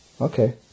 Okay